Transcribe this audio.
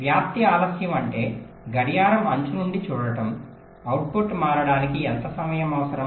వ్యాప్తి ఆలస్యం అంటే గడియారం అంచు నుండి చూడటం అవుట్పుట్ మారడానికి ఎంత సమయం అవసరం